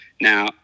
Now